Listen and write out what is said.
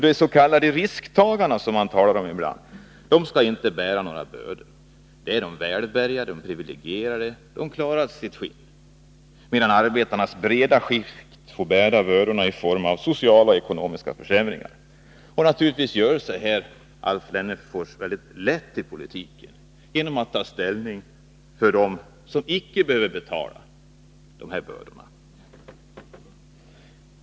De s.k. risktagarna, som man ibland talar om, skall inte bära några bördor. De välbärgade och privilegierade klarar sitt skinn, medan arbetarnas breda skikt får bära bördorna i form av sociala och ekonomiska försämringar. Och naturligtvis gör Alf Wennerfors det väldigt lätt för sig när han tar ställning för dem som inte behöver betala.